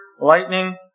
lightning